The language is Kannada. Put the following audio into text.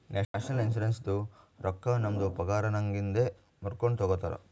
ನ್ಯಾಷನಲ್ ಇನ್ಶುರೆನ್ಸದು ರೊಕ್ಕಾ ನಮ್ದು ಪಗಾರನ್ನಾಗಿಂದೆ ಮೂರ್ಕೊಂಡು ತಗೊತಾರ್